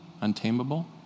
untamable